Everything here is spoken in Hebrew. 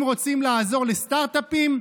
אם רוצים לעזור לסטרטאפים,